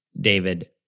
David